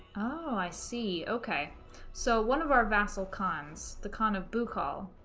oh i see okay so one of our vassal cons the con of bou call